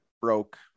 broke